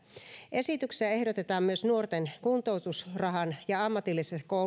esityksessä ehdotetaan myös nuorten kuntoutusrahan ja ammatillisessa